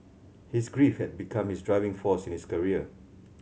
his grief had become his driving force in his career